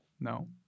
No